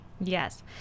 Yes